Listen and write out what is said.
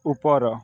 ଉପର